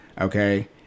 okay